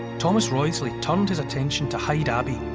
thomas wriothesley turned his attention to hyde abbey,